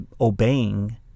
obeying